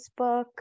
Facebook